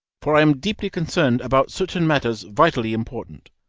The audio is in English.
for i am deeply concerned about certain matters vitally important.